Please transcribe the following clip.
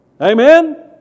Amen